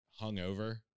hungover